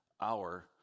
hour